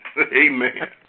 Amen